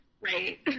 right